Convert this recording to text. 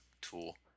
tool